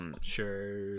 Sure